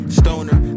stoner